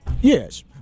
Yes